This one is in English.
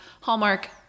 Hallmark